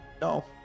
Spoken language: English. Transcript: no